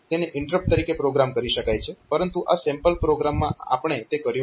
તેને ઇન્ટરપ્ટ તરીકે પ્રોગ્રામ કરી શકાય છે પરંતુ આ સેમ્પલ પ્રોગ્રામમાં આપણે તે કર્યું નથી